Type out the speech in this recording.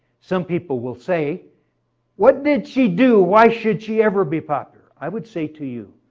some people will say what did she do? why should she ever be popular? i would say to you,